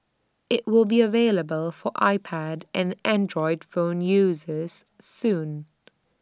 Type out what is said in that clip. IT will be available for iPad and Android phone users soon